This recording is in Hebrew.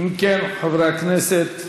אם כן, חברי הכנסת,